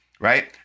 Right